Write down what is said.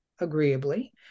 agreeably